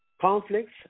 conflicts